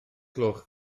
gloch